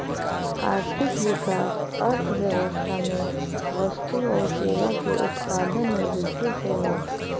आर्थिक विकास अर्थव्यवस्था में वस्तु आउर सेवा के उत्पादन में वृद्धि से हौ